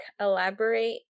elaborate